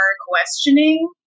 questioning